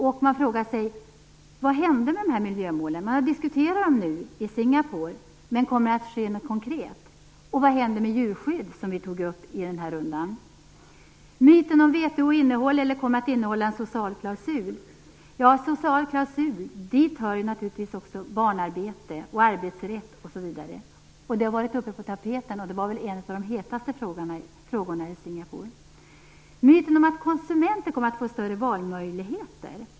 Man kan fråga sig vad som hände med de här miljömålen. Man har diskuterat dem i Singapore, men kommer något konkret att ske? Och vad händer med djurskyddet, som vi tog upp i samband med nämnda runda? Det gäller myten om att VHO innehåller eller kommer att innehålla en social klausul. Hit hör naturligtvis bl.a. barnarbete och arbetsrätt. Frågan om en social klausul har varit uppe på tapeten och var nog en av de hetaste frågorna i Singapore. Det gäller myten om att konsumenten kommer att få större valmöjligheter.